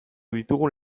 ditugun